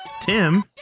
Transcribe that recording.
Tim